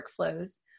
workflows